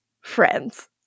friends